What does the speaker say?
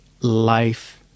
life